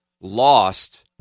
lost